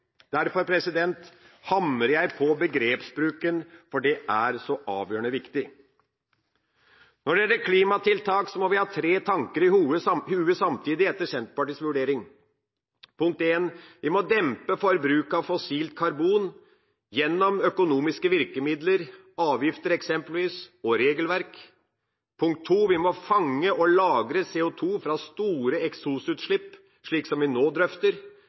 Derfor hamrer jeg på begrepsbruken, for det er så avgjørende viktig. Når det gjelder klimatiltak, må vi ha tre tanker i hodet samtidig etter Senterpartiets vurdering: Vi må dempe forbruket av fossilt karbon gjennom økonomiske virkemidler, avgifter eksempelvis, og regelverk. Vi må fange og lagre CO2 fra store eksosutslipp, slik som vi nå drøfter.